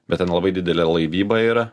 bet ten labai didelė laivyba yra